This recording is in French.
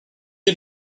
est